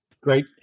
Great